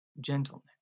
gentleness